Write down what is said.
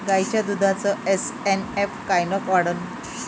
गायीच्या दुधाचा एस.एन.एफ कायनं वाढन?